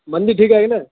مندر ٹھیک ہے کہ نہیں